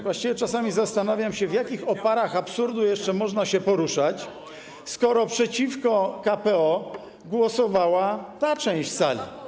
Właściwie czasami zastanawiam się, w jakich oparach absurdu jeszcze można się poruszać, skoro przeciwko KPO głosowała ta część sali.